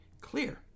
clear